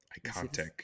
Iconic